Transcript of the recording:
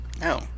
No